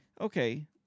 Okay